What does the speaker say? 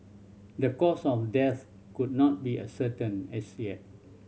the cause of death could not be ascertained as yet